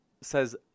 says